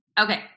Okay